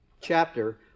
chapter